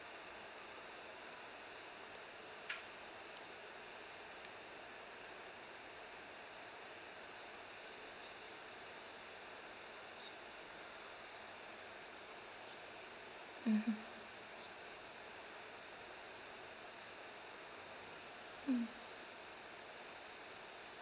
mmhmm mm